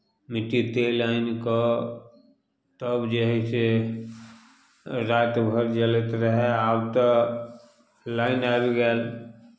मिट्टी तेल आनि कऽ तब जे हइ से राति भरि जलैत रहय आब तऽ लाइन आबि गेल